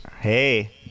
Hey